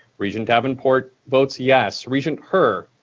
regent davenport votes yes. regent her?